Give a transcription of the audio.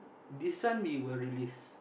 this one we will release